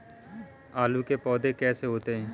आलू के पौधे कैसे होते हैं?